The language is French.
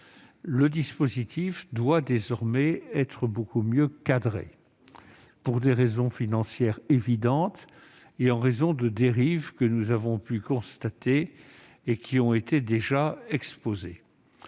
le dispositif doit désormais être beaucoup mieux encadré, pour des motifs financiers évidents et en raison de dérives que nous avons pu constater et qui ont été déjà soulignées.